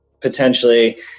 potentially